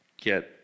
get